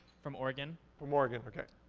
from oregon. from oregon, okay.